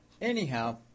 anyhow